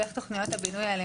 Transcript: ואיך תוכניות הבינוי האלה